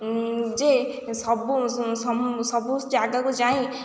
ଯେ ସବୁ ଯାଗାକୁ ଯାଇ